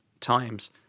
times